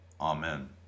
Amen